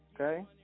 Okay